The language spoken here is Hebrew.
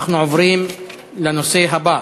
אנחנו עוברים לנושא הבא: